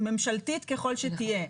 ממשלתית ככול שתהיה,